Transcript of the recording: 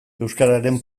euskararen